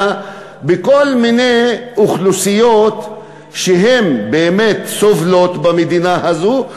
בכל מיני אוכלוסיות שבאמת סובלות במדינה הזאת,